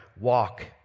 walk